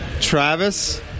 Travis